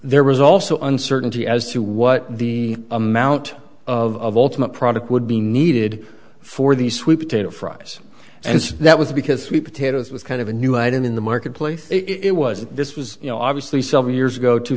there was also uncertainty as to what the amount of the product would be needed for the sweet potato fries and that was because we potatoes was kind of a new item in the marketplace it was that this was you know obviously several years ago two